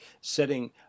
setting